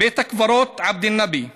בית הקברות עבד אל-נבי חולל,